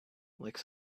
like